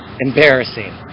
embarrassing